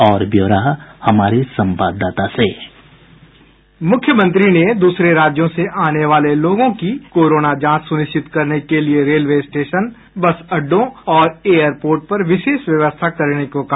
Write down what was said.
और ब्योरा हमारे संवाददाता से बाईट मुख्यमंत्री ने दूसरे राज्यों से आने वाले लोगों की कोरोना जांच सुनिश्चित करने के लिए रेलवे स्टेशन बस अड्डा और एयरपोर्ट पर विशेष व्यवस्था करने को कहा